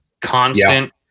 constant